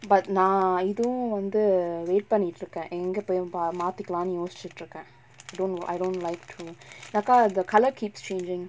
but நா இதுவும் வந்து:naa ithuvum vanthu wait பண்ணிட்டு இருக்க எங்க போயி பா மாத்திகளான்னு யோசிச்சிட்டு இருக்க:pannittu irukka enga poyu paa maathikalaanu yosichittu irukka don't I don't like to அக்கா:akka the colour keeps changing